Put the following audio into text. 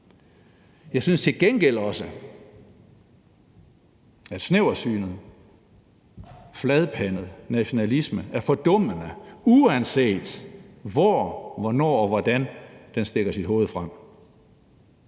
Jeg synes til gengæld også, at snæversynet, fladpandet nationalisme er fordummende, uanset hvor, hvornår og hvordan den stikker sit hoved frem.